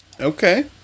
Okay